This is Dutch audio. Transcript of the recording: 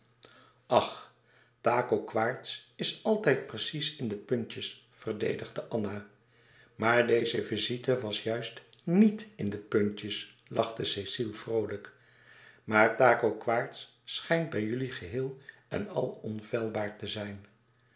ach taco quaerts is altijd precies in de puntjes verdedigde anna maar deze visite was juist nièt in de puntjes lachte cecile vroolijk maar taco quaerts schijnt bij jullie geheel en al onfeilbaar te zijn